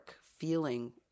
feeling